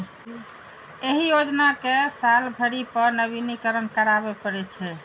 एहि योजना कें साल भरि पर नवीनीकरण कराबै पड़ै छै